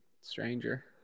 stranger